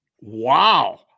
Wow